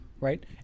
right